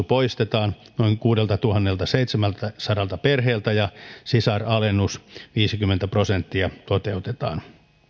poistetaan noin kuudeltatuhanneltaseitsemältäsadalta perheeltä ja sisaralennus viisikymmentä prosenttia toteutetaan